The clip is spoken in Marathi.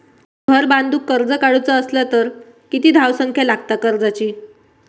घर बांधूक कर्ज काढूचा असला तर किती धावसंख्या लागता कर्जाची?